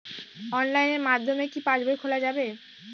অনলাইনের মাধ্যমে কি পাসবই খোলা যাবে?